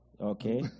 Okay